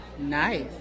Nice